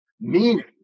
meaning